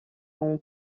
qu’on